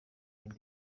bindi